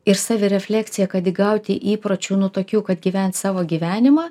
ir savirefleksija kad įgauti įpročių nu tuokių kad gyvent savo gyvenimą